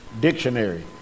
Dictionary